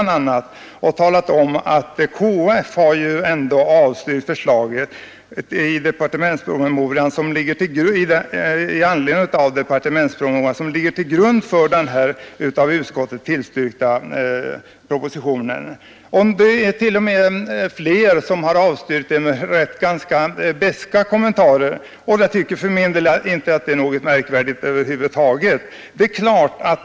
Där omtalas att KF avstyrkt förslaget i den departementspromemoria som ligger till grund för den av utskottet tillstyrkta propositionen. Det är t.o.m. fler som avstyrkt med ganska beska kommentarer, och jag tycker det över huvud taget inte är något märkvärdigt.